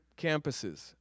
campuses